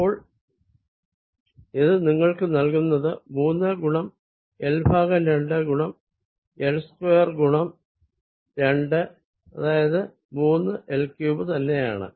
അപ്പോൾ ഇത് നിങ്ങൾക്കു നൽകുന്നത് മൂന്ന് ഗുണം L ഭാഗം രണ്ട് ഗുണം L സ്ക്വയർ ഗുണം രണ്ട് അതായത് മൂന്ന് L ക്യൂബ്ഡ് തന്നെയാണ്